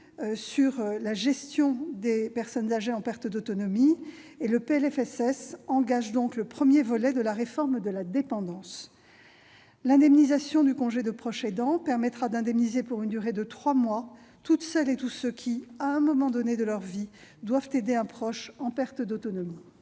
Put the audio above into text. portant sur ce sujet sont attendus et le PLFSS engage le premier volet de la réforme de la dépendance. L'indemnisation du congé de proche aidant permettra d'indemniser pour une durée de trois mois toutes celles et tous ceux qui, à un moment donné de leur vie, doivent aider un proche en perte d'autonomie.